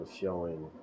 showing